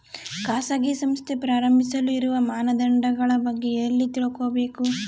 ಖಾಸಗಿ ಸಂಸ್ಥೆ ಪ್ರಾರಂಭಿಸಲು ಇರುವ ಮಾನದಂಡಗಳ ಬಗ್ಗೆ ಎಲ್ಲಿ ತಿಳ್ಕೊಬೇಕು?